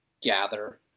gather